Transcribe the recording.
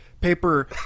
paper